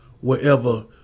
wherever